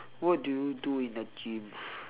what do you do in the gym